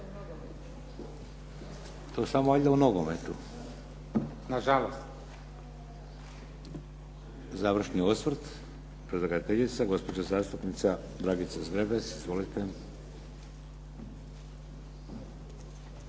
To samo valjda u nogometu. Završni osvrt, predlagateljica gospođa zastupnica Dragica Zgrebec. Izvolite.